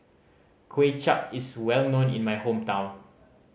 Kuay Chap is well known in my hometown